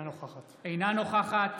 אינה נוכחת